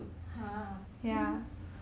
how to sell